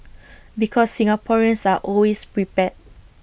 because Singaporeans are always prepared